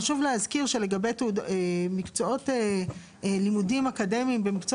חשוב להזכיר שלגבי מקצועות לימודים אקדמיים במקצוע